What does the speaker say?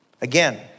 Again